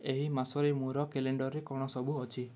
ଏହି ମାସରେ ମୋର କ୍ୟାଲେଣ୍ଡରରେ କ'ଣ ସବୁ ଅଛି